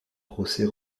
procès